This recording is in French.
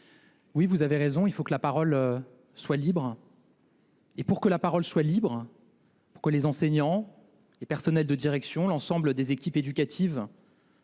Havet, vous avez raison : il faut que la parole soit libre. Pour que la parole soit libre, pour que les enseignants, les personnels de direction et l’ensemble des équipes éducatives